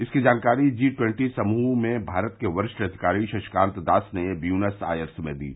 इसकी जानकारी G twenty समूह में भारत के वरिष्ठ अधिकारी शक्तिकांत दास ने ब्यूनस आयर्स में दी